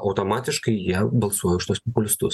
automatiškai jie balsuoja už tuos populistus